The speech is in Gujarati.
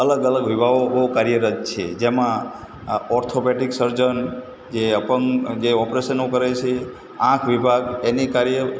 અલગ અલગ વિભાગો ગો કાર્યરત છે જેમાં અ ઓર્થોપેટિક સર્જન જે અપંગ જે ઓપરેશન કરે છે આંખ વિભાગ એની કાર્ય